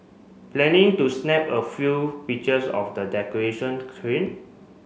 planning to snap a few pictures of the decoration train